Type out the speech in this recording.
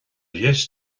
dheis